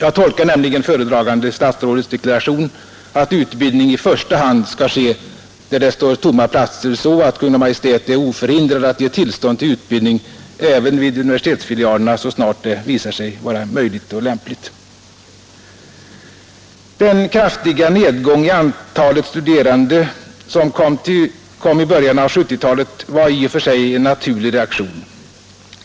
Jag tolkar nämligen föredragande statsrådets deklaration att utbildning i första hand bör ske där det står tomma platser så att Kungl. Maj:t är oförhindrad att ge tillstånd till utbildning även vid universitetsfilialerna så snart det visar sig vara möjligt och lämpligt. Den kraftiga nedgång av antalet studerande som kom i början av 1970-talet var i och för sig en naturlig reaktion.